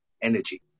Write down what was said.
energy